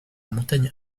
montagne